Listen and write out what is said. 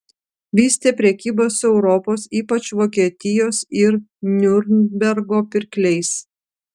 vystė prekybą su europos ypač vokietijos ir niurnbergo pirkliais